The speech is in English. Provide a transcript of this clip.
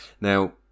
Now